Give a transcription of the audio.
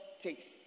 takes